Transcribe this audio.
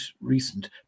recent